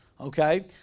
okay